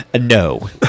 No